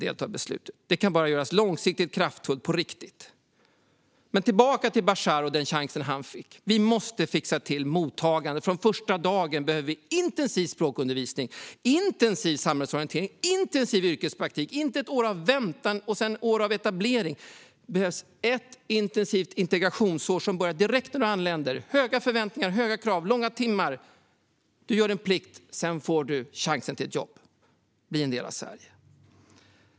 Detta kan bara göras långsiktigt, kraftfullt och på riktigt. Men tillbaka till Bashar och den chans han fick. Vi måste fixa till mottagandet. Från första dagen behöver vi intensiv språkundervisning, samhällsorientering och yrkespraktik - inte ett år av väntan och sedan år av etablering. Det behövs ett intensivt integrationsår som börjar direkt när du anländer, med höga förväntningar, höga krav och långa timmar. Du gör din plikt, och sedan får du chansen till ett jobb och kan bli en del av Sverige.